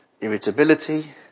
irritability